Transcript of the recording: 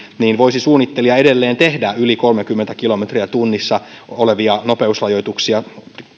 niin voisi suunnittelija edelleen tehdä yli kolmekymmentä kilometriä tunnissa olevia nopeusrajoituksia